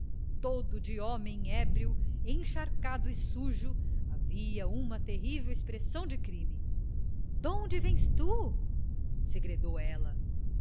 todo de homem ébrio encharcado e sujo havia uma terrível expressão de crime donde vens tu segredou ela